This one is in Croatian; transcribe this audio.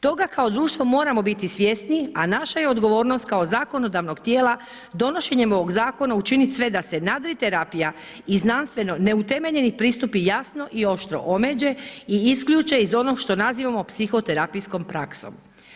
Toga kao društvo moramo biti svjesni a naša je odgovornost kao zakonodavnog tijela donošenjem ovoga zakona učiniti sve da se nadriterapija i znanstveno neutemeljeni pristupi jasno i oštro omeđe i isključe iz onog što nazivamo psihoterapijskom praksom.